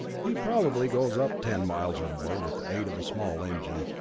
he probably goes up ten miles or more with the aid of a small engine,